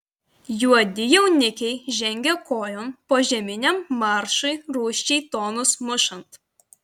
juodi jaunikiai žengia kojon požeminiam maršui rūsčiai tonus mušant